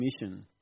Mission